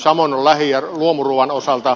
samoin on lähi ja luomuruuan osalta